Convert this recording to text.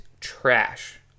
trash